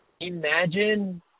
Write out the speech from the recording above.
Imagine